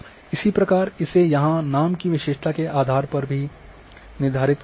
इसी प्रकार इसे यहाँ नाम की विशेषता के आधार पर निर्धारित किया है